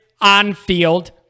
on-field